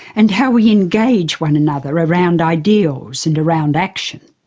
and how we engage one another around ideals and around action.